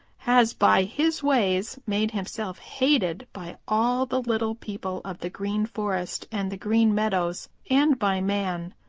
has by his ways made himself hated by all the little people of the green forest and the green meadows and by man.